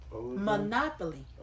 Monopoly